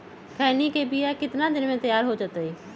खैनी के बिया कितना दिन मे तैयार हो जताइए?